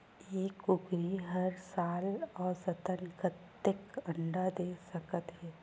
एक कुकरी हर साल औसतन कतेक अंडा दे सकत हे?